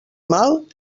mal